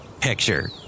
picture